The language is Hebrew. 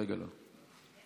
איך